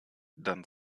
dann